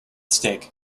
stake